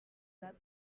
that